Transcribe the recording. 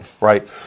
right